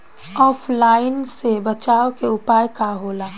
ऑफलाइनसे बचाव के उपाय का होला?